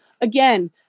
Again